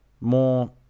more